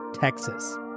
Texas